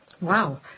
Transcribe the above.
Wow